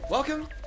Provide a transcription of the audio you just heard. Welcome